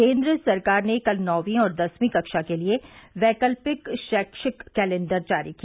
केन्द्र सरकार ने कल नौंवी और दसवीं कक्षा के लिए वैकल्पिक शैक्षिक कैलेंडर जारी किया